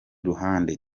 ruhande